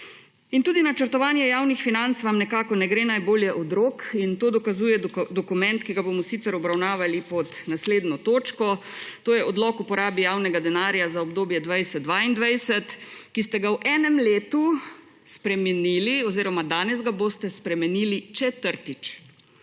Tudi načrtovanje javnih financ vam nekako ne gre najbolje od rok, in to dokazuje dokument, ki ga bomo sicer obravnavali pod naslednjo točko. To je odlok o porabi javnega denarja za obdobje 2020–2022, ki ste ga v enem letu spremenili oziroma danes ga boste spremenili četrtič.